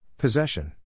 Possession